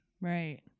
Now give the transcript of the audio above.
Right